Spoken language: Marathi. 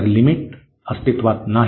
तर लिमिट अस्तित्वात नाही